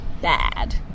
bad